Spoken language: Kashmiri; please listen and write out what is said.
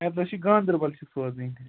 ایڈرَس چھُ گانٛدبَل چھُ سوزٕنۍ